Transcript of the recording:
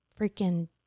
freaking